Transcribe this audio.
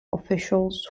officials